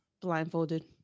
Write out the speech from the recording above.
blindfolded